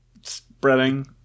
spreading